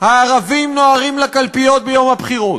"הערבים נוהרים לקלפיות", ביום הבחירות.